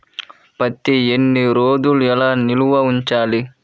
పత్తి ఎన్ని రోజులు ఎలా నిల్వ ఉంచాలి?